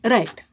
Right